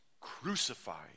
crucified